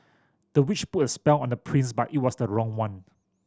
the witch put a spell on the prince but it was the wrong one